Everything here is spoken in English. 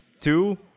two